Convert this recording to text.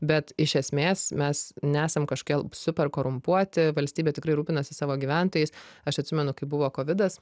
bet iš esmės mes nesam kažkokie super korumpuoti valstybė tikrai rūpinasi savo gyventojais aš atsimenu kai buvo kovidas